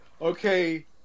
okay